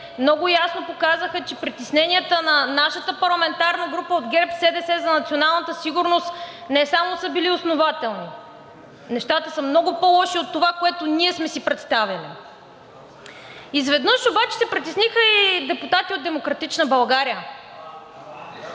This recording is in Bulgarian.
много ясно показаха, че притесненията на нашата парламентарна група от ГЕРБ СДС за националната сигурност не само са били основателни. Нещата са много по лоши от това, което ние сме си представяли. Изведнъж обаче се притесниха и депутати от „Демократична България“.